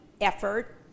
effort